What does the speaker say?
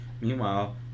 Meanwhile